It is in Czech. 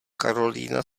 karolína